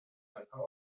anfang